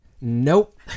nope